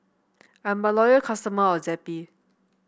I'm a loyal customer of Zappy